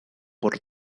por